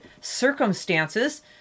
circumstances